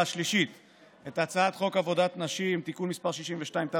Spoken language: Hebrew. השלישית את הצעת חוק עבודת נשים (תיקון מס' 62),